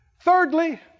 Thirdly